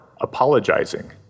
apologizing